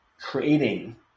creating